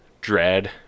dread